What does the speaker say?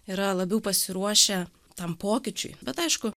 yra labiau pasiruošę tam pokyčiui bet aišku